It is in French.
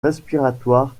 respiratoire